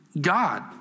God